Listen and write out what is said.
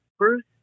Bruce